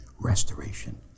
restoration